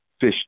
fish